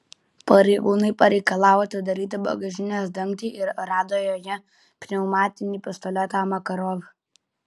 pareigūnai pareikalavo atidaryti bagažinės dangtį ir rado joje pneumatinį pistoletą makarov